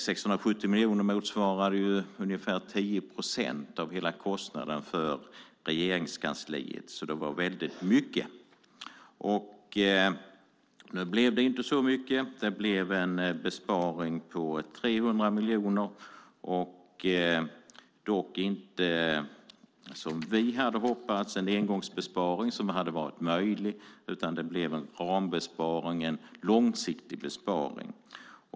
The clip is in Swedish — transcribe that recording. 670 miljoner motsvarar ungefär 10 procent av hela kostnaden för Regeringskansliet. Det var alltså väldigt mycket. Nu blev det dock inte så mycket. Det blev en besparing på 300 miljoner, dock inte, som vi hade hoppats, en engångsbesparing, vilken hade varit möjlig, utan en rambesparing, alltså en långsiktig besparing.